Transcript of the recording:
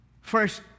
first